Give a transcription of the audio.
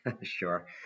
Sure